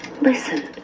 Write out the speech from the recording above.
Listen